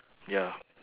ya